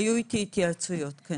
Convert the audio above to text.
היו איתי התייעצויות, כן.